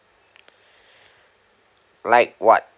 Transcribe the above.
like what